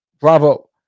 bravo